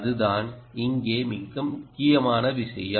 அதுதான் இங்கே முக்கியமான விஷயம்